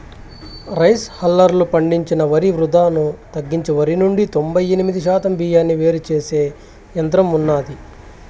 rice హల్లర్లు పండించిన వరి వృధాను తగ్గించి వరి నుండి తొంబై ఎనిమిది శాతం బియ్యాన్ని వేరు చేసే యంత్రం ఉన్నాది